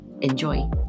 Enjoy